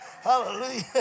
Hallelujah